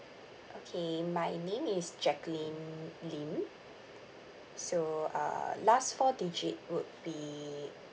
okay my name is jaclyn lim so uh last four digit would be